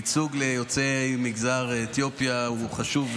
ייצוג ליוצאי אתיופיה הוא חשוב,